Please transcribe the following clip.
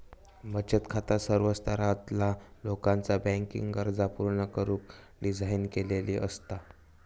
बचत खाता सर्व स्तरातला लोकाचा बँकिंग गरजा पूर्ण करुक डिझाइन केलेली असता